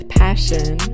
passion